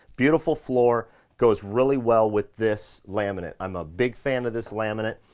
beautiful floor goes really well with this laminate. i'm a big fan of this laminate.